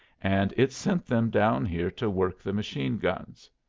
and it's sent them down here to work the machine guns.